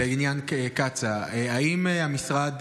לעניין קצא"א, האם המשרד